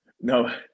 No